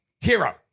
hero